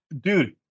Dude